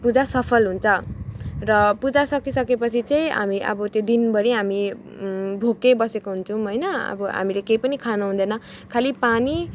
पुजा सफल हुन्छ र पुजा सकिसकेपछि चाहिँ हामी अब त्यो दिनभरी हामी भोकै बसेको हुन्छौँ होइन अब हामीले केही पनि खानु हुँदैन खाली पानी